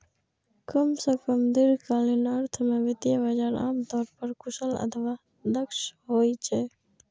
कम सं कम दीर्घकालीन अर्थ मे वित्तीय बाजार आम तौर पर कुशल अथवा दक्ष होइ छै